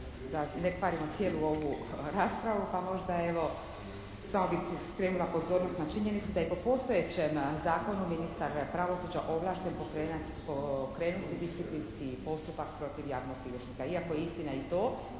ne kvarimo cijelu ovu raspravu, pa možda evo samo bih skrenula pozornost na činjenicu da je po postojećem zakonu Ministar pravosuđa ovlašten pokrenuti disciplinski postupak protiv javnog bilježnika. Iako je istina i to